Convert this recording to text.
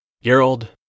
Gerald